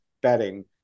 betting